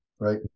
right